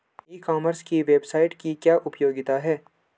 ई commerce की website की क्या उपयोगिता है?